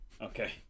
Okay